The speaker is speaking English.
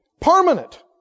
permanent